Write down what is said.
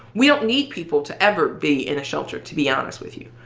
we don't need people to ever be in a shelter to be honest with you.